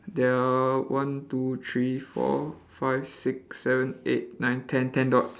there are one two three four five six seven eight nine ten ten dots